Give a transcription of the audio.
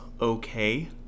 okay